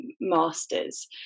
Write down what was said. masters